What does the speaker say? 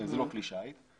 וזה לא כלי שיט.